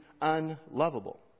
unlovable